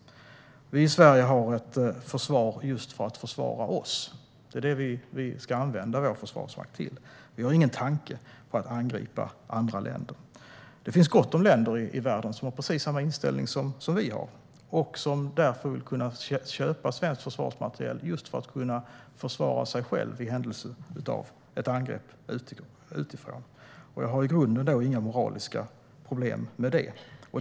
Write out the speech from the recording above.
Vi i Sverige har ett försvar just för att försvara oss. Det är det vi ska använda vår försvarsmakt till. Vi har ingen tanke på att angripa andra länder. Det finns gott om länder i världen som har precis samma inställning som vi och som därför vill kunna köpa svensk försvarsmateriel just för att kunna försvara sig själva i händelse av ett angrepp utifrån. Jag har i grunden inga moraliska problem med det.